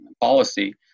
policy